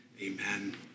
amen